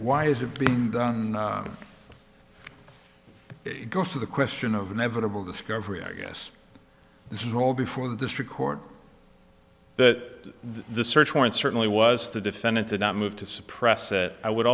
why is it being done it goes to the question of inevitable discovery i guess this is all before the district court that the search warrant certainly was the defendant did not move to suppress that i would